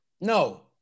No